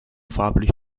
farblich